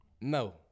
No